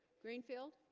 greenfield